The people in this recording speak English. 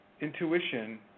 intuition